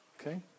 Okay